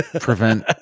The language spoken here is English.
prevent